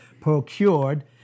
procured